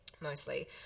mostly